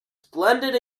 splendid